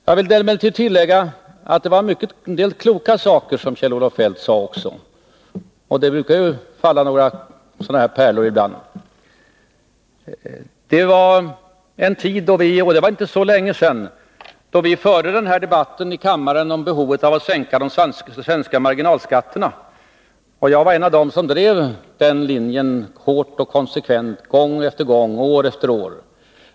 Jag vill emellertid tillägga att det var en del kloka saker som Kjell-Olof Feldt sade också, och det brukar ju falla några sådana här pärlor ibland. Det var inte så länge sedan vi här i kammaren förde en debatt om behovet äv att sänka de svenska marginalskatterna. Jag var en av dem som drev den linjen hårt och konsekvent gång på gång år efter år.